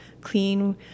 clean